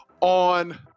on